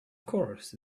course